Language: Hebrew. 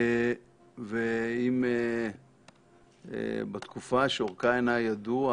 אם בתקופה שאורכה אינה ידועה,